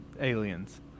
aliens